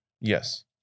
Yes